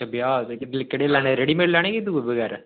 ब्याह् रेडीमेड़ लैने जां इंया